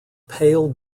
pale